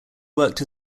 worked